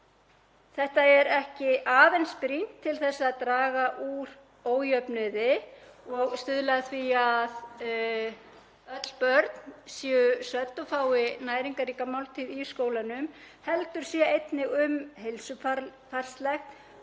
Þetta er ekki aðeins brýnt til að draga úr ójöfnuði og stuðla að því að öll börn séu södd og fái næringarríka máltíð í skólunum heldur er einnig um heilsufarslegt